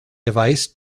device